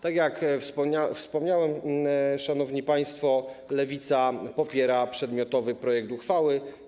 Tak jak wspomniałem, szanowni państwo, Lewica popiera przedmiotowy projekt uchwały.